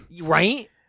Right